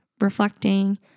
reflecting